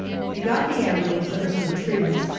they got the ambulance under some trees,